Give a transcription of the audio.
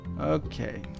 okay